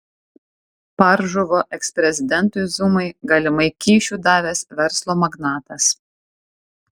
par žuvo eksprezidentui zumai galimai kyšių davęs verslo magnatas